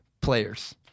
players